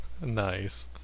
Nice